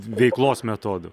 veiklos metodų